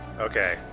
Okay